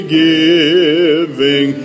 giving